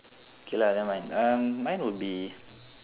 K lah never mind um mine would be